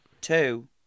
Two